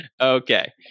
okay